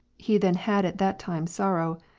he then had at that time sorrow,